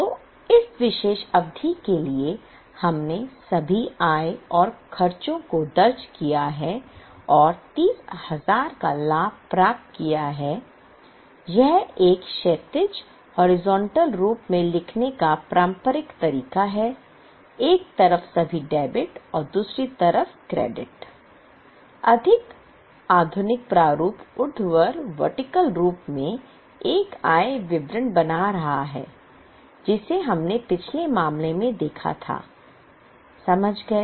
तो इस विशेष अवधि के लिए हमने सभी आय और खर्चों को दर्ज किया है और 30000 का लाभ प्राप्त किया है यह एक क्षैतिज रूप में एक आय विवरण बना रहा है जिसे हमने पिछले मामले में देखा था समझ गया